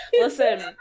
Listen